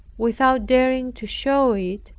without daring to show it,